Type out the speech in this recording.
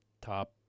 top